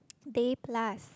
Day Plus